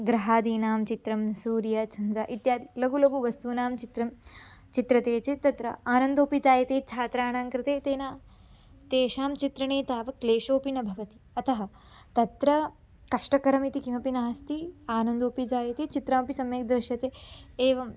ग्रहादीनां चित्रं सूर्यः चन्द्रः इत्यादयः लघुलघुवस्तूनां चित्रं चित्र्यते चेत् तत्र आनन्दोऽपि जायते छात्राणां कृते तेन तेषां चित्रणे तावत् क्लेशोऽपि न भवति अतः तत्र कष्टकरम् इति किमपि नास्ति आनन्दोऽपि जायते चित्रमपि सम्यक् दृश्यते एवं